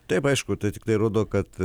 taip aišku tai tikrai rodo kad